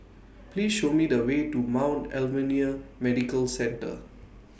Please Show Me The Way to Mount Alvernia Medical Centre